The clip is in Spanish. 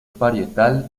parietal